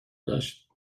داشت